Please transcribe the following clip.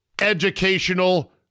educational